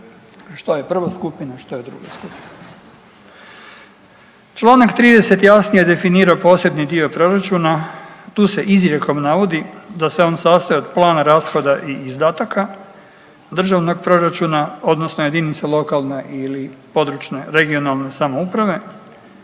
Što je prva skupina, što je druga skupina. Čl. 28. je definirao posebno dio proračuna, tu se izrijekom navodi da se on sastoji plana rashoda i izdataka državnog proračuna odnosno jedinica lokalne ili područne (regionalne) samouprave